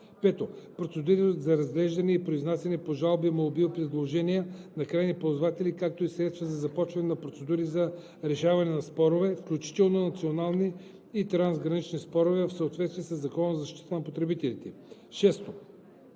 5. процедури за разглеждане и произнасяне по жалби, молби и предложения на крайните ползватели, както и средства за започване на процедури за решаване на спорове, включително национални и трансгранични спорове, в съответствие със Закона за защита на потребителите; 6.